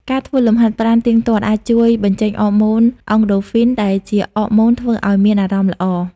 ការធ្វើលំហាត់ប្រាណទៀងទាត់អាចជួយបញ្ចេញអរម៉ូនអង់ដូហ្វីន ដែលជាអរម៉ូនធ្វើឱ្យមានអារម្មណ៍ល្អ។